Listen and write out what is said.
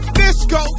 disco